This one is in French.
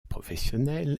professionnelle